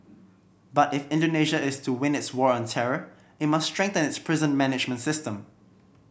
but if Indonesia is to win its war on terror it must strengthen its prison management system